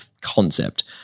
concept